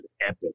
epic